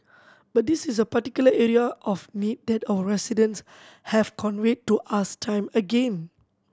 but this is a particular area of need that our residents have conveyed to us time again